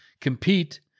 compete